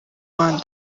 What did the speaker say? rwanda